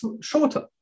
shorter